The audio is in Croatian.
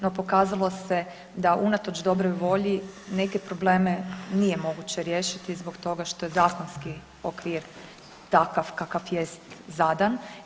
No, pokazalo se da unatoč dobroj volji neke probleme nije moguće riješiti zbog toga što je zakonski okvir takav kakav jest zadan.